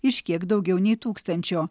iš kiek daugiau nei tūkstančio